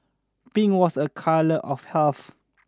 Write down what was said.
pink was a colour of health